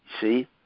see